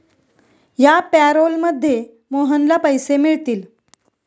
या पॅरोलमध्ये मोहनला पैसे मिळतील